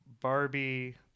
barbie